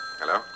hello